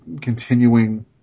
continuing